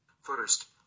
First